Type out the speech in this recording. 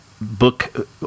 book